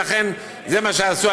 ולכן זה מה שעשו.